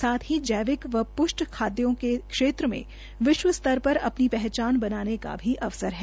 साथ ही जैविक तथा प्रष्ट खादो के क्षेत्र में विश्व पर अपनी पहचान बनाने का भी अवसर है